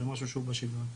זה משהו שהוא בשגרה.